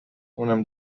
اونم